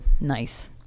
nice